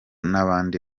n’abandi